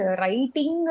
writing